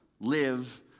live